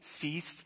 ceased